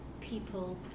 people